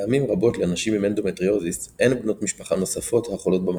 פעמים רבות לנשים עם אנדומטריוזיס אין בנות משפחה נוספות החולות במחלה,